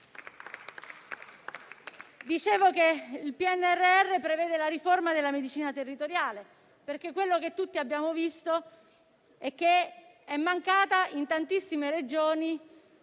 dicendo che il PNRR prevede la riforma della medicina territoriale, perché tutti abbiamo visto che è mancata in tantissime Regioni